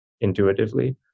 intuitively